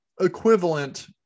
equivalent